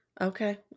Okay